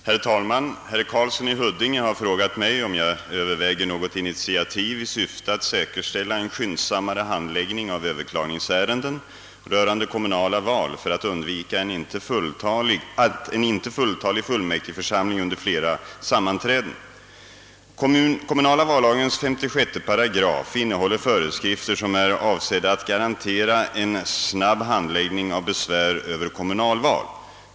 Herr talman! Herr Karlsson i Huddinge har frågat mig, om jag överväger något initiativ i syfte att säkerställa en skyndsammare handläggning av Ööverklagningsärenden rörande kommunala val för att undvika en inte fulltalig fullmäktigförsamling under flera sammanträden. Kommunala vallagens 56 § innehåller föreskrifter som är avsedda att garantera en snabb handläggning av besvär över kommunalval.